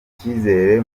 cyizere